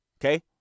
Okay